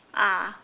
ah